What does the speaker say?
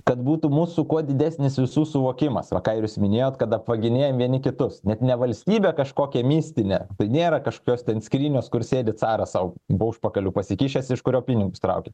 kad būtų mūsų kuo didesnis visų suvokimas va ką jūs minėjot kad apvaginėjam vieni kitus net ne valstybę kažkokią mistinę nėra kažkokios ten skrynios kur sėdi caras sau po užpakaliu pasikišęs iš kurio pinigus traukia